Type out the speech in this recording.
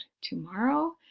tomorrow